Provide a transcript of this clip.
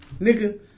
nigga